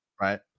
right